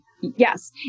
yes